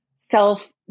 Self